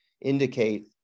indicate